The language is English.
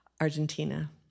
Argentina